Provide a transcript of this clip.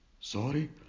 Sorry